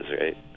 right